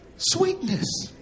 Sweetness